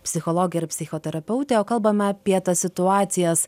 psichologė ir psichoterapeutė o kalbam apie tas situacijas